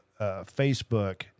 Facebook